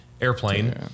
airplane